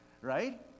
Right